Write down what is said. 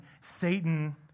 Satan